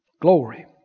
Glory